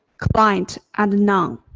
client, and none.